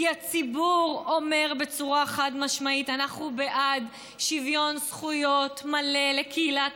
כי הציבור אומר בצורה חד-משמעית: אנחנו בעד שוויון זכויות מלא לקהילת